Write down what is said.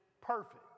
perfect